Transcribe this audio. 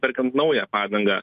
perkant naują padangą